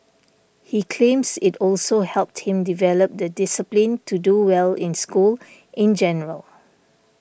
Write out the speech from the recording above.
he claims it also helped him develop the discipline to do well in school in general